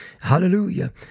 Hallelujah